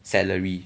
celery